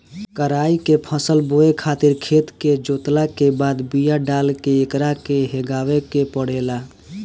कराई के फसल बोए खातिर खेत के जोतला के बाद बिया डाल के एकरा के हेगावे के पड़ेला